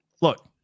Look